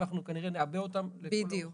ואנחנו כנראה נעבה אותם לכל האורך.